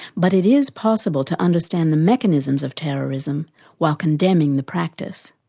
but it is possible to understand the mechanisms of terrorism while condemning the practice.